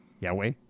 Yahweh